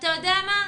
ואתה יודע מה?